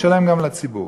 תשלם גם לציבור.